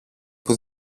που